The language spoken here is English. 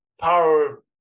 power